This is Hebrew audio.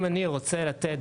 אם אני רוצה לתת,